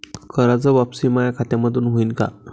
कराच वापसी माया खात्यामंधून होईन का?